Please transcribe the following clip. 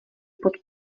pod